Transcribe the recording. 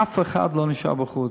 אף אחד לא נשאר בחוץ.